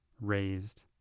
raised